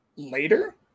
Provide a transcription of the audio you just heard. Later